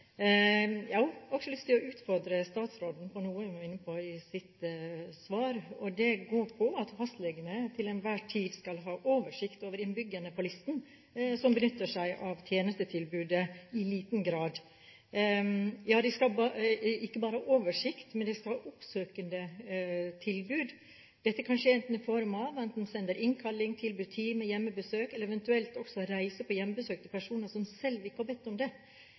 Jeg har også lyst til å utfordre statsråden på noe hun var inne på i sitt svar. Det går på at fastlegene til enhver tid skal ha oversikt over innbyggerne på listen som benytter seg av tjenestetilbudet i liten grad. Ja, de skal ikke bare ha oversikt, men de skal ha oppsøkende tilbud. Dette kan skje enten i form av at man sender innkalling til time, hjemmebesøk eller eventuelt også reiser på hjemmebesøk til personer som selv ikke har bedt om det